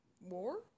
war